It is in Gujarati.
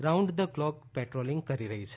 રાઉન્ડ ધ ક્લોક પેટ્રોલીંગ કરી રહી છે